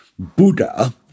Buddha